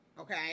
okay